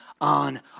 on